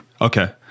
Okay